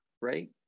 right